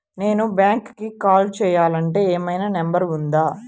నేను బ్యాంక్కి కాల్ చేయాలంటే ఏమయినా నంబర్ ఉందా?